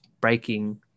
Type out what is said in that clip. breaking